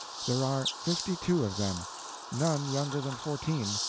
there are fifty-two of them none younger than fourteen,